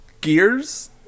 gears